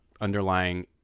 underlying